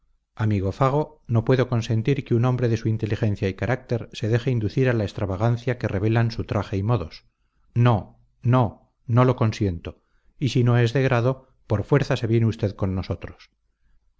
amigo fago no puedo consentir que un hombre de su inteligencia y carácter se deje inducir a la extravagancia que revelan su traje y modos no no no lo consiento y si no de grado por fuerza se viene usted con nosotros